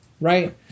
right